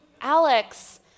Alex